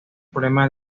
problema